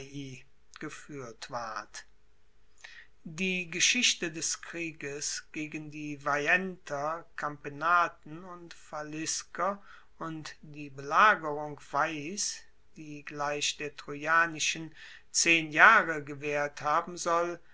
gefuehrt ward die geschichte des krieges gegen die veienter capenaten und falisker und der belagerung veiis die gleich der trojanischen zehn jahre gewaehrt haben soll